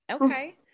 Okay